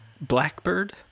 Blackbird